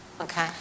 Okay